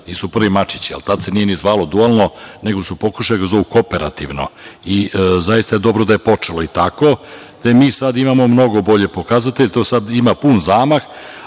nisu prvi mačići. Tad se nije zvalo dualno, nego su pokušali da ga zovu kooperativno i zaista je dobro da je počelo i tako. Mi sad imamo mnogo bolji pokazatelj, to sad ima pun zamah,